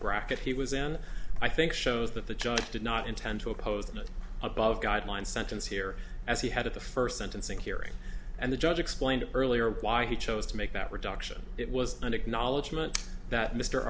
bracket he was in i think shows that the judge did not intend to oppose an above guideline sentence here as he had at the first sentencing hearing and the judge explained earlier why he chose to make that reduction it was an acknowledgment that mr